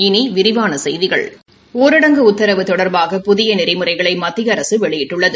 இனி விரிவான செய்திகள் ஊரடங்கு உத்தரவு தொடர்பாக புதிய நெறிமுறைகளை மத்திய அரசு வெளியிட்டுள்ளது